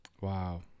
Wow